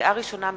לקריאה ראשונה,